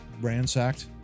ransacked